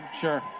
Sure